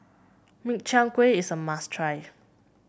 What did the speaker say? Min Chiang Kueh is a must try